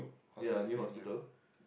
ya a new hospital